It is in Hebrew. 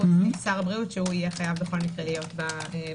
חוץ משר הבריאות שיהיה חייב בכל מקרה להיות בקבינט.